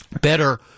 better